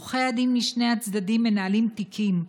עורכי הדין משני הצדדים מנהלים תיקים,